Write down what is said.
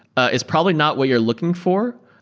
it's probably not what you're looking for,